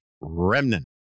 remnant